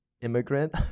immigrant